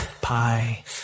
Pie